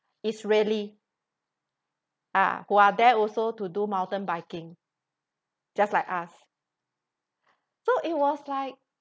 israeli ah who are there also to do mountain biking just like us so it was like